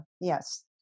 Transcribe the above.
Yes